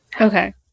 Okay